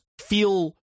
feel